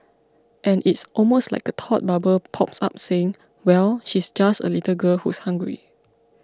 and it's almost like a thought bubble pops up saying well she's just a little girl who's hungry